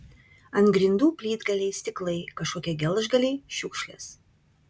ant grindų plytgaliai stiklai kažkokie gelžgaliai šiukšlės